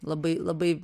labai labai